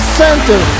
center